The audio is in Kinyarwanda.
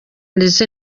ndetse